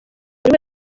buri